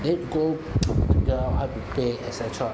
then go learn how to pay et cetera